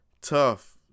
tough